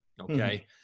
Okay